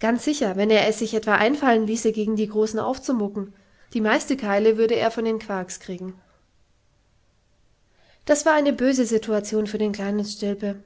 ganz sicher wenn er es sich etwa einfallen ließe gegen die großen aufzumucken die meisten keile würde er von den quarks kriegen das war eine böse situation für den kleinen stilpe